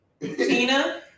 Tina